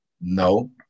No